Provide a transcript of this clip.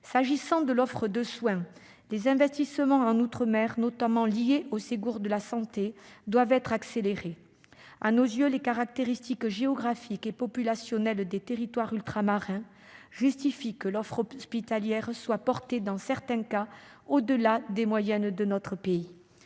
S'agissant de l'offre de soins, les investissements en outre-mer, notamment liés au Ségur de la santé, doivent être accélérés. Pour nous, les caractéristiques géographiques et populationnelles des territoires ultramarins justifient que l'offre hospitalière soit portée, dans certains cas, au-delà des moyennes observées